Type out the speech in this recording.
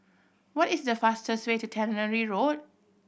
what is the fastest way to Tannery Road